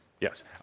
Yes